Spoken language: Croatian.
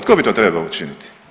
Tko bi to trebao učiniti?